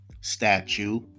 statue